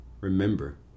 Remember